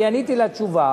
אני עניתי לה תשובה